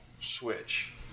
switch